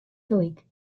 gelyk